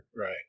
Right